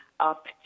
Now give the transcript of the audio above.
up